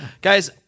Guys